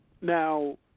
Now